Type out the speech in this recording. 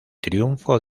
triunfo